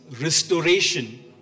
Restoration